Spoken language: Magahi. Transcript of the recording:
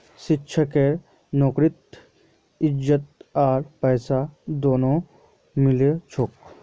शिक्षकेर नौकरीत इज्जत आर पैसा दोनोटा मिल छेक